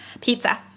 Pizza